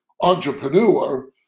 entrepreneur